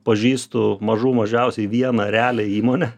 pažįstu mažų mažiausiai vieną realią įmonę